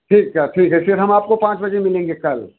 अच्छा ठीक है फिर हम आपको पाँच बजे मिलेंगे कल